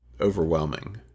overwhelming